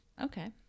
Okay